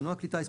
מנוע כלי הטיס,